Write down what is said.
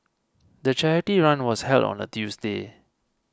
the charity run was held on a Tuesday